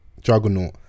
juggernaut